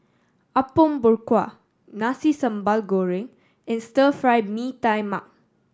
Apom Berkuah Nasi Sambal Goreng and Stir Fry Mee Tai Mak